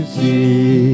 see